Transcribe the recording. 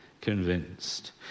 convinced